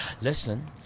Listen